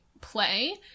play